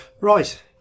Right